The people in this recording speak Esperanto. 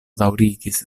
daŭrigis